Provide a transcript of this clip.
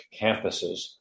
campuses